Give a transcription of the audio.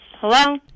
Hello